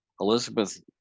Elizabeth